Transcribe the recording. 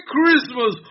Christmas